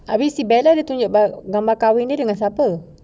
habis bella tunjuk gambar kahwin dia dengan siapa